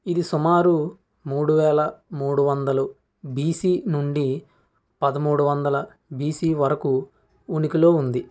ఇది సుమారు మూడు వేల మూడు వందలు బీసీ నుండి పదమూడు వందల బీసీ వరకు ఉనికిలో ఉంది